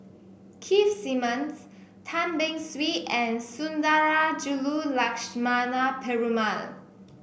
Keith Simmons Tan Beng Swee and Sundarajulu Lakshmana Perumal